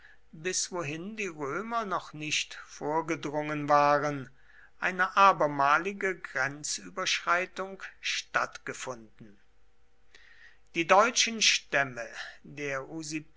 bis wohin die römer noch nicht vorgedrungen waren eine abermalige grenzüberschreitung stattgefunden die deutschen stämme der